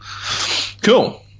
Cool